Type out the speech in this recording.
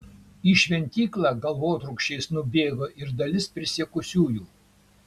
į šventyklą galvotrūkčiais nubėgo ir dalis prisiekusiųjų